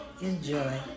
Enjoy